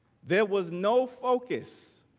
there was no focus